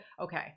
okay